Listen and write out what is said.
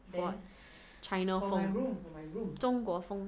what china 风中国风